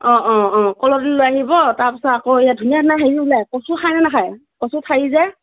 অ অ অ ক'লৰ ডিল লৈ আহিব তাৰপিছত আকৌ সেয়া ধুনীয়া ধুনীয়া হেৰি ওলায় কচু খায়নে নেখায় কচু ঠাৰি যে